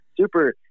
super